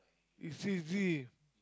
is says D